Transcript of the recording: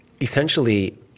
essentially